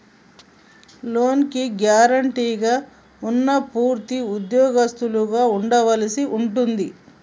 లోనుకి గ్యారెంటీగా ఉన్నా పూర్తి ఉద్యోగస్తులుగా ఉండవలసి ఉంటుంది